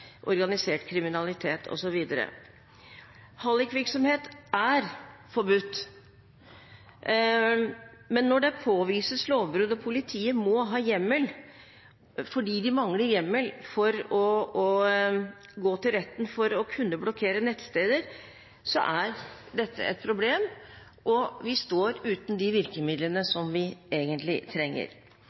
organisert kriminalitet osv. Hallikvirksomhet er forbudt. Men når det påvises lovbrudd og politiet må ha hjemmel fordi de mangler hjemmel for å gå til retten for å kunne blokkere nettsteder, er dette et problem, og vi står uten de virkemidlene som vi egentlig trenger.